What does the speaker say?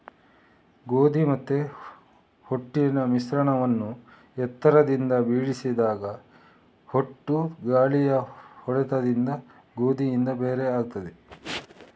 ಗೋಧಿ ಮತ್ತೆ ಹೊಟ್ಟಿನ ಮಿಶ್ರಣವನ್ನ ಎತ್ತರದಿಂದ ಬೀಳಿಸಿದಾಗ ಹೊಟ್ಟು ಗಾಳಿಯ ಹೊಡೆತದಿಂದ ಗೋಧಿಯಿಂದ ಬೇರೆ ಆಗ್ತದೆ